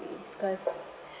cause